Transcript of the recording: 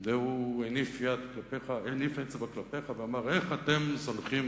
והוא הניף אצבע כלפיך ואמר, איך אתם זונחים